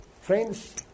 friends